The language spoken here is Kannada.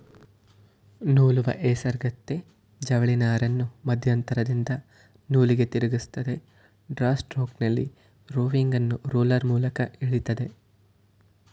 ನೂಲುವ ಹೇಸರಗತ್ತೆ ಜವಳಿನಾರನ್ನು ಮಧ್ಯಂತರದಿಂದ ನೂಲಿಗೆ ತಿರುಗಿಸ್ತದೆ ಡ್ರಾ ಸ್ಟ್ರೋಕ್ನಲ್ಲಿ ರೋವಿಂಗನ್ನು ರೋಲರ್ ಮೂಲಕ ಎಳಿತದೆ